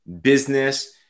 business